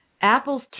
Apple's